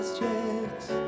checks